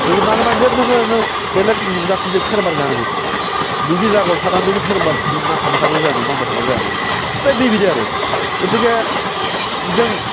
नोङो नांनांगोन बेलेग जाथिजों फेर मारिनो हानांगोन नोंनि जायगायावल' थाना नों नांथाबबाय थाबा जायाना नांबाय थाबा जायाना बिबायदि आरो गथिखे जों